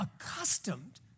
accustomed